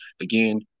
Again